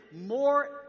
more